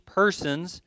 persons